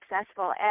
successful